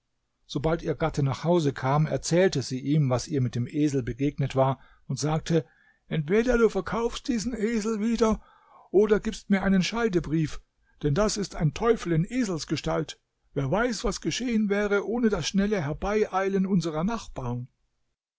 sobald ihr gatte nach hause kam erzählte sie ihm was ihr mit dem esel begegnet war und sagte entweder du verkaufst diesen esel wieder oder gibst mir einen scheidebrief denn das ist ein teufel in eselsgestalt wer weiß was geschehen wäre ohne das schnelle herbeieilen unserer nachbarn